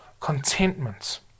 contentment